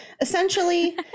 Essentially